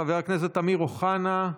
חבר הכנסת אמיר אוחנה,